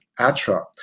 Atra